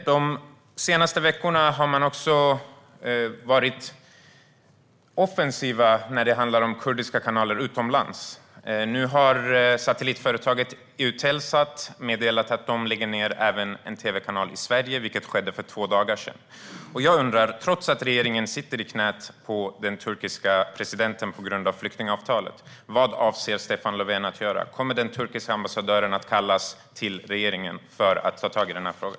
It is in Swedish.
De senaste veckorna har man också varit offensiv när det handlar om kurdiska kanaler utomlands. Nu har satellitföretaget Eutelsat meddelat att de lägger ned en tv-kanal i Sverige, vilket skedde för två dagar sedan. Jag undrar: Vad avser Stefan Löfven att göra, även om regeringen sitter i knät på den turkiska presidenten på grund av flyktingavtalet? Kommer den turkiska ambassadören att kallas upp till regeringen för att ta tag i denna fråga?